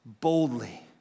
boldly